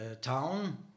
town